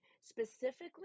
specifically